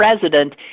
president